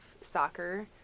soccer